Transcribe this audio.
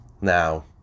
now